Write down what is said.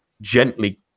gently